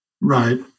Right